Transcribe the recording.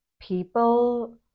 people